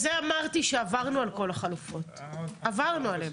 בגלל זה אמרתי שעברנו על כל החלופות, עברנו עליהן.